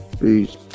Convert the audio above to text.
Peace